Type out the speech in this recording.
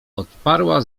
odparła